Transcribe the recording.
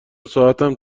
ساعتم